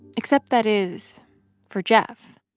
except that is for jeff